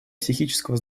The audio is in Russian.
психического